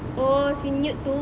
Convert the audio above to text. oh si newt tu